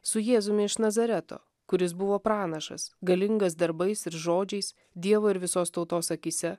su jėzumi iš nazareto kuris buvo pranašas galingas darbais ir žodžiais dievo ir visos tautos akyse